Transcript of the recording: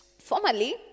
Formerly